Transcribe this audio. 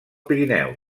pirineu